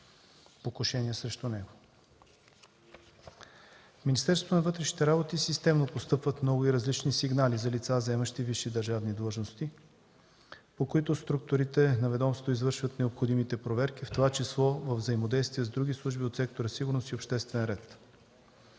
работи системно постъпват много и различни сигнали за лица, заемащи висши държавни длъжности, по които структурите на ведомството извършват необходимите проверки, в това число във взаимодействие с други служби от сектора „Сигурност и обществен ред”.